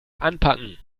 anpacken